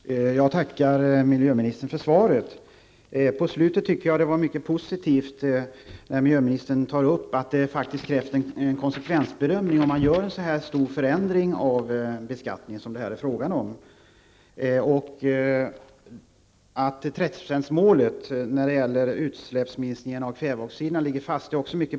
Herr talman! Jag tackar miljöministern för svaret. Det var mycket positivt i slutet där miljöministern tar upp att det faktiskt krävs en konsekvensbedömning om man gör en så stor förändring av beskattningen som det är frågan om här. Det är också positivt att 30-procentsmålet när det gäller utsläppsminskningarna av kväveoxider ligger fast.